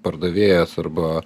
pardavėjas arba